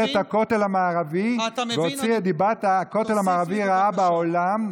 את הכותל המערבי ומוציא את דיבת הכותל המערבי רעה בעולם.